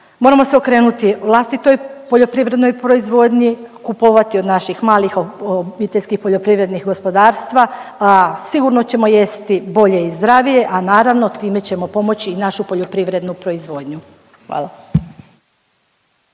Moram se okrenuti vlastitoj poljoprivrednoj proizvodnji, kupovati od naših malih OPG-a, sigurno ćemo jesti bolje i zdravije, a naravno, time ćemo pomoći i našu poljoprivrednu proizvodnju. Hvala.